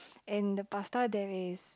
and the pasta there is